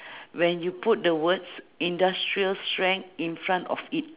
when you put the words industrial strength in front of it